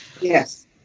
Yes